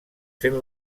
fent